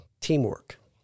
teamwork